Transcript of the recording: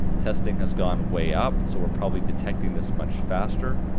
testing has gone way up, so we're probably detecting this much faster,